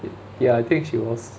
ya I think she was